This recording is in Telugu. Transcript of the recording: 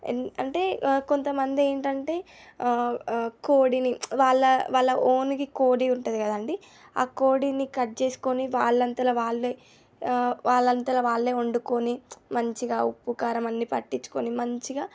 ఎన్ అంటే కొంతమంది ఏంటంటే కోడిని వాళ్ళ వాళ్ళ ఓన్గా కోడి ఉంటుంది కదండి ఆ కోడిని కట్ చేసుకొని వాళ్ళంతట వాళ్లే వాళ్లంతా వాళ్ళే వండుకొని మంచిగా ఉప్పు కారం అన్ని పట్టించుకోని మంచిగా